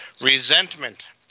Resentment